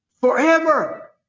Forever